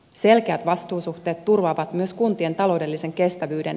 selkeät vastuusuhteet turvaavat myös kuntien taloudellisen kestävyyden